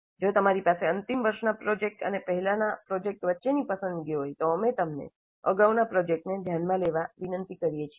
જો તમારી પાસે અંતિમ વર્ષના પ્રોજેક્ટ અને પહેલાના પ્રોજેક્ટ વચ્ચેની પસંદગી હોય તો અમે તમને અગાઉના પ્રોજેક્ટને ધ્યાનમાં લેવા વિનંતી કરીએ છીએ